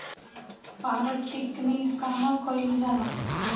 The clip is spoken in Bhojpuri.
पारद टिक्णी कहवा कयील जाला?